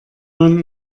man